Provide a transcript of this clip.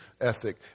ethic